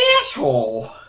asshole